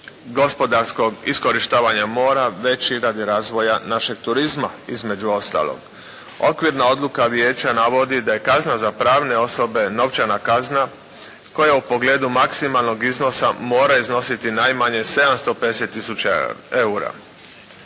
gospodarskog iskorištavanja mora već i radi razvoja našeg turizma između ostalog. Okvirna odluka vijeća navodi da je kazna za pravne osobe novčana kazna koja u pogledu maksimalnog iznosa mora iznositi najmanje 750 000 eura.